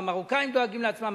המרוקאים דואגים לעצמם,